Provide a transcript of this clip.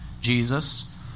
Jesus